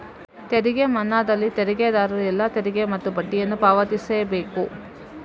ತೆರಿಗೆ ಮನ್ನಾದಲ್ಲಿ ತೆರಿಗೆದಾರರು ಎಲ್ಲಾ ತೆರಿಗೆ ಮತ್ತೆ ಬಡ್ಡಿಯನ್ನ ಪಾವತಿಸ್ಲೇ ಬೇಕು